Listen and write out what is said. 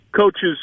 coaches